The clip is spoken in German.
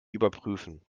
überprüfen